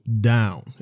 down